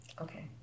Okay